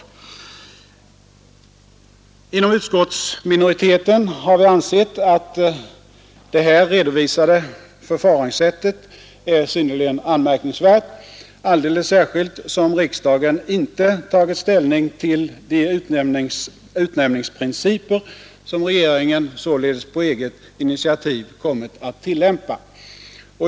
Inom utskottsminoriteten har vi ansett det här redovisade förfaringssättet vara synnerligen anmärkningsvärt, alldeles särskilt som riksdagen inte har tagit ställning till de utnämningsprinciper som regeringen således på eget initiativ kommit att tillämpa.